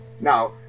now